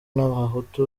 n’abahutu